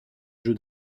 jeu